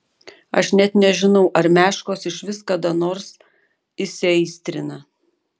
aš net nežinau ar meškos išvis kada nors įsiaistrina